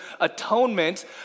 atonement